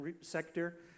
sector